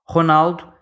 Ronaldo